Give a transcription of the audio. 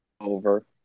Over